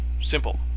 simple